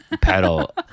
pedal